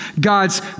God's